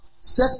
Set